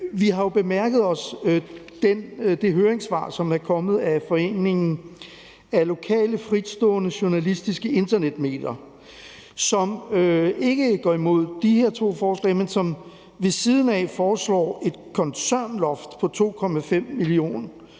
vi har jo bemærket det høringssvar, som er kommet fra Foreningen af lokale, fritstående, journalistiske internetmedier, som ikke går imod de her to forslag, men som ved siden af foreslår et koncernloft på 2,5 mio.